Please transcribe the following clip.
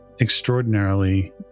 extraordinarily